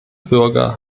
bürger